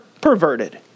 perverted